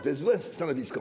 To jest złe stanowisko.